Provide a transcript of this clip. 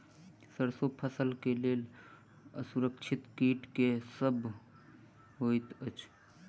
सैरसो फसल केँ लेल असुरक्षित कीट केँ सब होइत अछि?